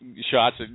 shots